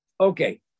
Okay